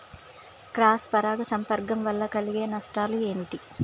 Cross పరాగ సంపర్కం వల్ల కలిగే నష్టాలు ఏమిటి?